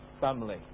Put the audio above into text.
family